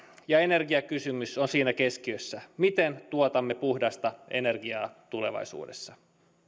ja energiakysymys on siinä keskiössä miten tuotamme puhdasta energiaa tulevaisuudessa